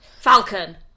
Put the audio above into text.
Falcon